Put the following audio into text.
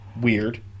weird